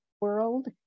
world